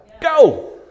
go